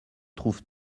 trouves